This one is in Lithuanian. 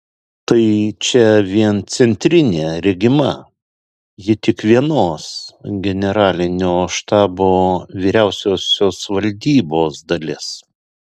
tai čia vien centrinė regima ji tik vienos generalinio štabo vyriausiosios valdybos dalis